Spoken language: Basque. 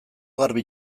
garbi